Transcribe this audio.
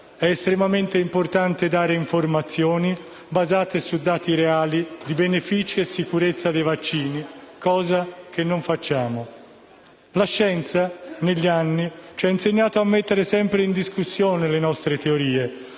È estremamente importante dare informazioni basate su dati reali di benefici e sicurezza dei vaccini, cosa che non facciamo. La scienza negli anni ci ha insegnato a mettere sempre in discussione le nostre teorie